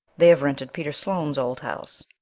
they've rented peter sloane's old house.